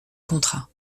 contrat